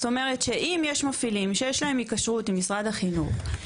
זאת אומרת שאם יש מפעילים שיש להם התקשרות עם משרד החינוך.